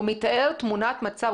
הוא מתאר תמונת מצב,